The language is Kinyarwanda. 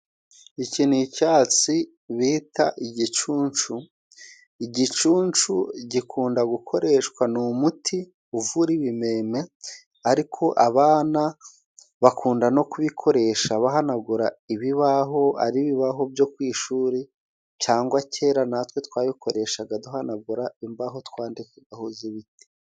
Iki ni icyatsi bita igicuncu, igicuncu gikunda gukoreshwa ni umuti uvura ibimeme ariko abana bakunda no kubikoresha bahanagura ibibaho ari ibibaho byo ku ishuri cyangwa kera natwe twabikoreshaga duhanagura imbaho twandikagaho z'ibiti.